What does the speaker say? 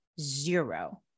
zero